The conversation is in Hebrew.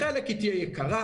בחלק היא תהיה יקרה,